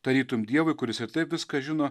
tarytum dievui kuris ir taip viską žino